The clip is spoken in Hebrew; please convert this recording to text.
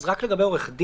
רק נחדד לגבי עו"ד,